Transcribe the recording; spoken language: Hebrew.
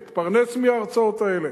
התפרנס מההרצאות האלה.